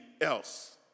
else